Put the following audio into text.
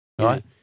Right